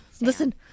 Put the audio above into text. Listen